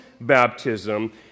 baptism